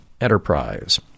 Enterprise